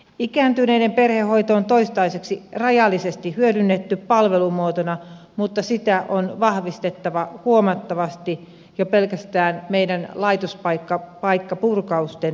ikääntyneiden perhehoito on toistaiseksi rajallisesti hyödynnetty palvelumuotona mutta sitä on vahvistettava huomattavasti jo pelkästään meidän laitospaikkojen purkamisen myötä